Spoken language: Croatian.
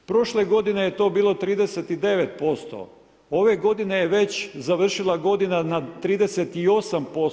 Prošle godine je to bilo 39%, ove godine je već završila godina na 38%